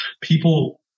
People